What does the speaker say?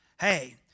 Hey